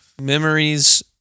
Memories